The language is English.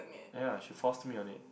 ya she forced me on it